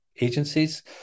agencies